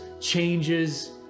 changes